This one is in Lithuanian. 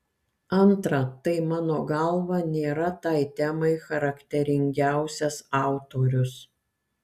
antra tai mano galva nėra tai temai charakteringiausias autorius